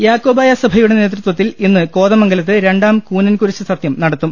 യാക്കോബായ സഭയുടെ നേതൃത്വത്തിൽ ഇന്ന് കോതമംഗലത്ത് രണ്ടാം കൂനൻകുരിശ് സത്യം നടത്തും